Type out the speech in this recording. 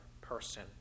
person